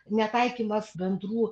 netaikymas bendrų